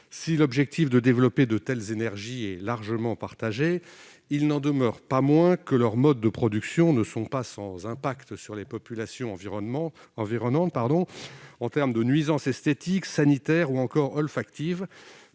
Si l'objectif consistant à développer de telles énergies est largement partagé, il n'en demeure pas moins que les modes de production de celles-ci ne sont pas sans impact pour les populations environnantes- nuisances esthétiques, sanitaires ou encore olfactives